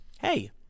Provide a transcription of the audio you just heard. Hey